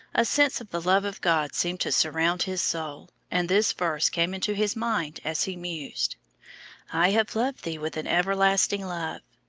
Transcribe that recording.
a sense of the love of god seemed to surround his soul, and this verse came into his mind as he mused i have loved thee with an everlasting love,